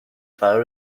فرا